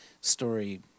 story